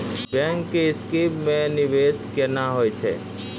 Bank के scheme मे निवेश केना होय छै?